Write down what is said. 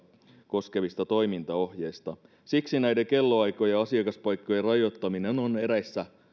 koskevista toimintaohjeista siksi näiden kellonaikojen ja asiakaspaikkojen rajoittaminen on eräissä